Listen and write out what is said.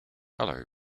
hello